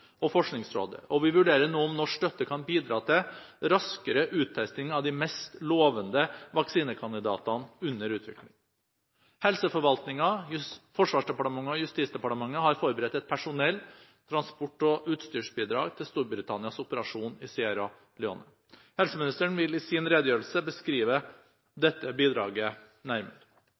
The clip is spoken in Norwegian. og Forskningsrådet, og vi vurderer nå om norsk støtte kan bidra til raskere uttesting av de mest lovende vaksinekandidatene under utvikling. Helseforvaltningen, Forsvarsdepartementet og Justisdepartementet har forberedt et personell-, transport- og utstyrsbidrag til Storbritannias operasjon i Sierra Leone. Helseministeren vil i sin redegjørelse beskrive dette bidraget nærmere.